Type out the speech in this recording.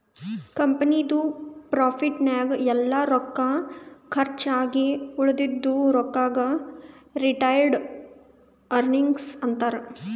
ಕಂಪನಿದು ಪ್ರಾಫಿಟ್ ನಾಗ್ ಎಲ್ಲಾ ರೊಕ್ಕಾ ಕರ್ಚ್ ಆಗಿ ಉಳದಿದು ರೊಕ್ಕಾಗ ರಿಟೈನ್ಡ್ ಅರ್ನಿಂಗ್ಸ್ ಅಂತಾರ